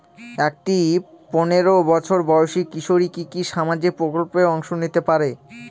একটি পোনেরো বছর বয়সি কিশোরী কি কি সামাজিক প্রকল্পে অংশ নিতে পারে?